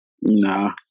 Nah